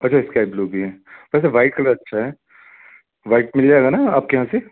अच्छा sky blue भी हैं वैसे व्हाइट कलर अच्छा है व्हाइट मिल जाएगे ना आपके यहाँ से